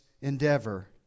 endeavor